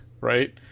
Right